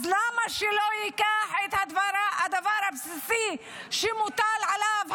אז למה שלא ייקח את הדבר הבסיסי שמוטל עליו,